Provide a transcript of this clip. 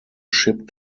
ship